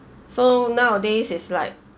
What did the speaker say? so nowadays is like